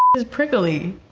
is prickly.